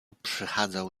przechadzał